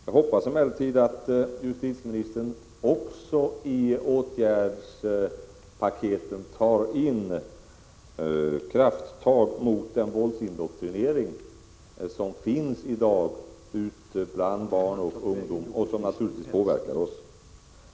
Jag hoppas emellertid att justitieministern också i åtgärdspaketen tar in krafttag mot den våldsindoktrinering som finns i dag ute bland barn och ungdom och som naturligtvis påverkar oss.